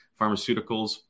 pharmaceuticals